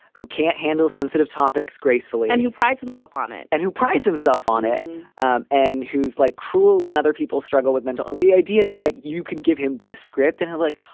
who can't handle sensitive topics gracefully and who prides himself on it and who prides himself on it um and who's like cruel when other people struggle with mental. on the idea that, like, you can give him this script and he's like,